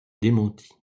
démenti